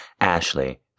Ashley